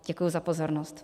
Děkuji za pozornost.